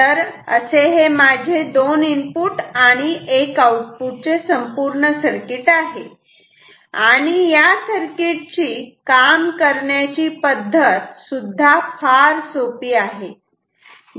तर असे हे माझे दोन इनपुट आणि एक आउटपुट चे संपूर्ण सर्किट आहे आणि या सर्किट ची काम करण्याची ची पद्धत सुद्धा फार सोपी आहे